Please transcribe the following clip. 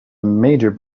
major